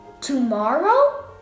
Tomorrow